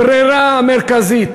הברירה המרכזית